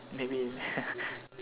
may be